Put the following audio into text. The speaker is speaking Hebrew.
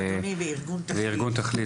ארגון 'תכלית',